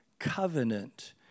covenant